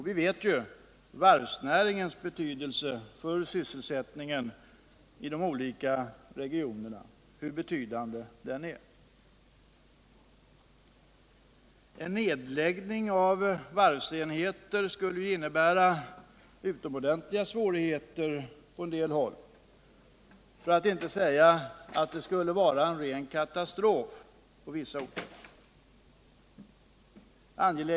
Vi vet ju hur betydande varvsnäringen är för sysselsättningen i de olika regionerna. En nedläggning av varvsenheter skulle innebära utomordentliga svårigheter på en del håll, för att inte säga en ren katastrof på vissa orter.